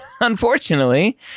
unfortunately